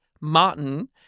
Martin